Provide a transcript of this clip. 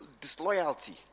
disloyalty